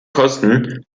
kosten